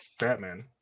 Batman